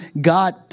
God